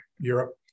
Europe